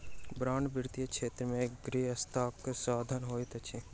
bond वित्तीय क्षेत्र में ऋणग्रस्तताक साधन होइत अछि